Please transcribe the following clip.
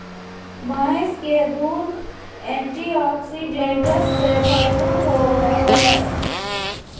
भैंस के दूध एंटीऑक्सीडेंट्स से भरपूर होबय हइ